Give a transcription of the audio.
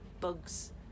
bugs